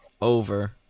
Over